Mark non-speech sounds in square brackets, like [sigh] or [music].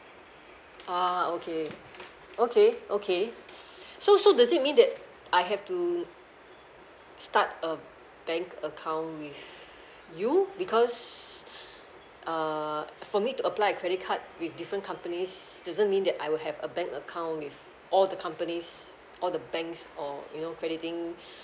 ah okay okay okay [breath] so so does it mean that I have to start a bank account with you because [breath] uh for me to apply a credit card with different companies doesn't mean that I will have a bank account with all the companies or the banks or you know crediting